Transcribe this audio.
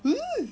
mm